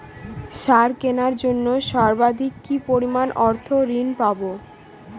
সার কেনার জন্য সর্বাধিক কি পরিমাণ অর্থ ঋণ পাব?